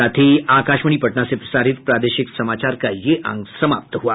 इसके साथ ही आकाशवाणी पटना से प्रसारित प्रादेशिक समाचार का ये अंक समाप्त हुआ